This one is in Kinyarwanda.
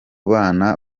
bana